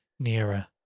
Nearer